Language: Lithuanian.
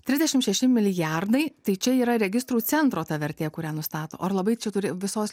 trisdešim šeši milijardai tai čia yra registrų centro ta vertė kurią nustato o ar labai čia turi visos